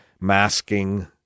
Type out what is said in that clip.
masking